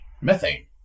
methane